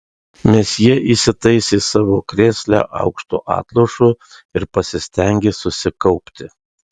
mesjė įsitaisė savo krėsle aukštu atlošu ir pasistengė susikaupti